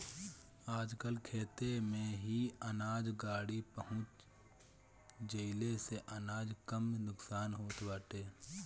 आजकल खेते में ही अनाज गाड़ी पहुँच जईले से अनाज कम नुकसान होत बाटे